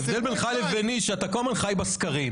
ההבדל בינך לביני הוא שאתה כל הזמן חי בסקרים.